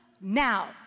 now